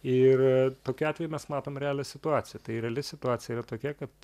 ir tokiu atveju mes matom realią situaciją tai reali situacija yra tokia kad